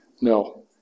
No